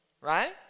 right